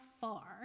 far